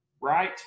right